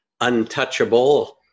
untouchable